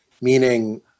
Meaning